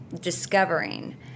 discovering